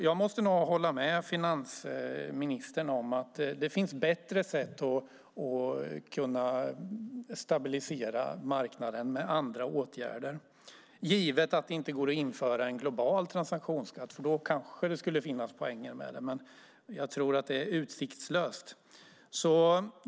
Jag håller med finansministern om att det finns andra och bättre åtgärder för att stabilisera marknaden - givet att det inte går att införa en global transaktionsskatt, för då kanske det skulle finnas poänger med det. Jag tror dock att det är utsiktslöst.